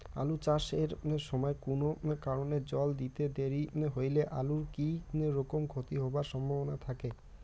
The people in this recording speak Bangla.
আলু চাষ এর সময় কুনো কারণে জল দিতে দেরি হইলে আলুর কি রকম ক্ষতি হবার সম্ভবনা থাকে?